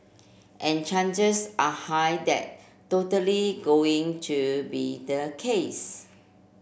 and changes are high that totally going to be the case